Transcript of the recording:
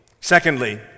Secondly